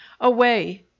away